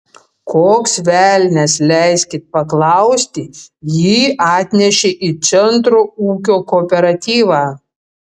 koks velnias leiskit paklausti jį atnešė į centro ūkio kooperatyvą